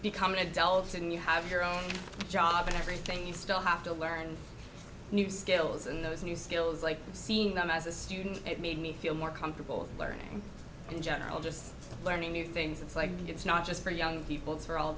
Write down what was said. become an adult and you have your own job and everything you still have to learn new skills and those new skills like seeing them as a student it made me feel more comfortable learning in general just learning new things it's like it's not just for young people it's for all